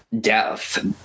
death